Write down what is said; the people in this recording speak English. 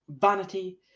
vanity